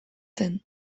zen